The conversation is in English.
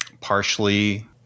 Partially